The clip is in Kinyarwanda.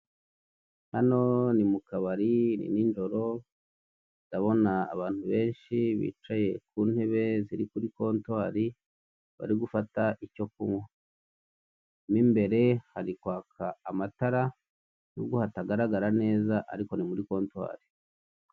Hano ni mu kabari, ni ninjoro, ndabona abantu benshi bicaye ku ntebe ziri kuri kontwari, bari gufata icyo kunywa. Mo imbere hari kwaka amatara, nubwo hatagaragara neza, ariko ni muri kontwari.